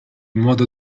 modo